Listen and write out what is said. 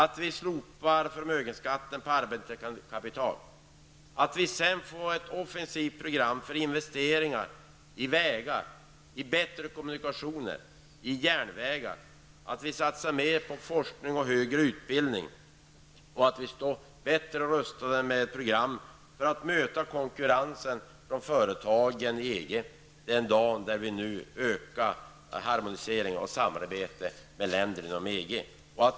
Vi kan slopa förmögenhetsskatten på arbetande kapital, skapa ett offensivt program för investeringar i vägar, järnvägar och bättre kommunikationer samt satsa mera på forskning och högre utbildning. Vi måste stå bättre rustade med ett program för att möta konkurrensen från företagen i EG, den dag då vi ökar samarbetet med länder inom EG.